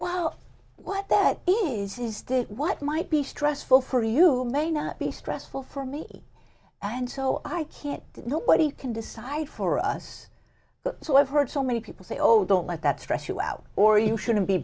wow what that is is there what might be stressful for you may not be stressful for me and so i can't nobody can decide for us so i've heard so many people say oh don't like that stress you out or you shouldn't be